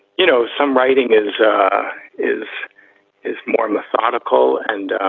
you know, some writing is is is more methodical and